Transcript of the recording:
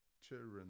children